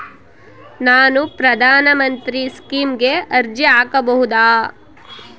ನಾನು ಪ್ರಧಾನ ಮಂತ್ರಿ ಸ್ಕೇಮಿಗೆ ಅರ್ಜಿ ಹಾಕಬಹುದಾ?